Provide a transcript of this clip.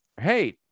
Hey